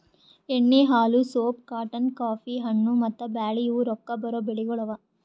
ಎಣ್ಣಿ, ಹಾಲು, soap, cotton, coffee, ಹಣ್ಣು, ಮತ್ತ ಬ್ಯಾಳಿ ಇವು ರೊಕ್ಕಾ ಬರೋ ಬೆಳಿಗೊಳ್ ಅವಾ